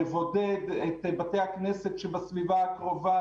לבודד את בתי הכנסת שבסביבה הקרובה,